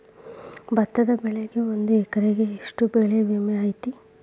ಭತ್ತದ ಬೆಳಿಗೆ ಒಂದು ಎಕರೆಗೆ ಎಷ್ಟ ಬೆಳೆ ವಿಮೆ ಐತಿ?